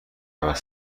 رود